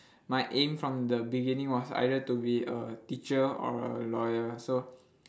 my aim from the beginning was either to be a teacher or a lawyer so